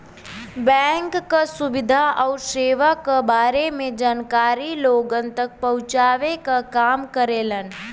bank क सुविधा आउर सेवा क बारे में जानकारी लोगन तक पहुँचावे क काम करेलन